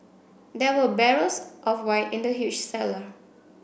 there were barrels of wine in the huge cellar